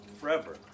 forever